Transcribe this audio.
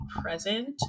present